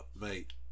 mate